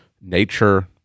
nature